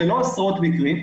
זה לא עשרות מקרים.